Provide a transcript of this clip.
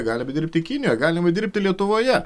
galima dirbti kinijoj galima dirbti lietuvoje